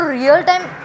real-time